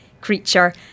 creature